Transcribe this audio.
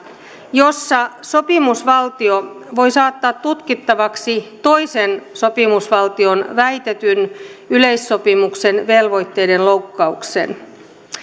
jossa sopimusvaltio voi saattaa tutkittavaksi toisen sopimusvaltion väitetyn yleissopimuksen velvoitteiden loukkauksen